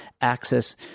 access